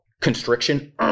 Constriction